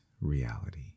reality